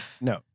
no